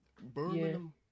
Birmingham